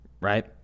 right